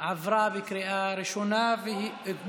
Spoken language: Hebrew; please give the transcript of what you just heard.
עברה בקריאה טרומית